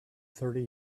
thirty